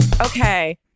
Okay